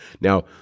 Now